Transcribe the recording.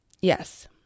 Yes